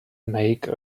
make